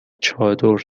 چادر